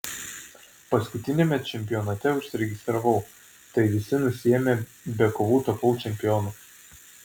paskutiniame čempionate užsiregistravau tai visi nusiėmė be kovų tapau čempionu